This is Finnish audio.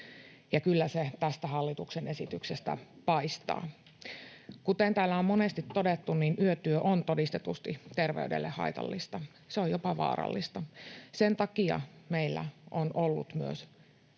kyllä se tästä hallituksen esityksestä paistaa. Kuten täällä on monesti todettu, yötyö on todistetusti terveydelle haitallista, se on jopa vaarallista. Sen takia meillä on ollut myös